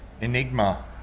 enigma